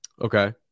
Okay